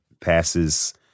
passes